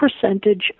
percentage